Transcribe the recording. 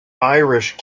irish